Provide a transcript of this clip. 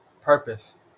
purpose